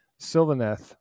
sylvaneth